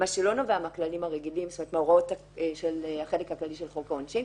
מה שלא נובע מהכללים הרגילים של החלק הכללי של חוק העונשין.